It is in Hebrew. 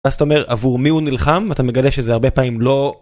אז אתה אומר עבור מי הוא נלחם ואתה מגלה שזה הרבה פעמים לא.